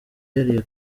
yariye